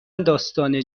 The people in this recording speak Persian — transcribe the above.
داستان